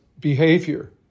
behavior